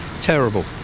Terrible